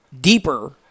deeper